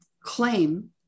claim